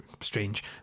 strange